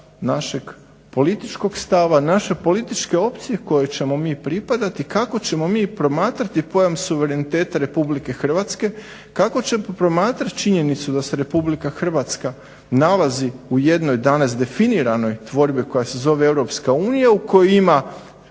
našeg svjetonadzorskog stava, naše političke opcije kojoj ćemo mi pripadati, kako ćemo mi promatrati pojam suvereniteta Republike Hrvatske, kako ćemo promatrati činjenicu da se Republika Hrvatska nalazi u jednoj danas definiranoj tvorbi koja se zove Europska unija u kojoj ima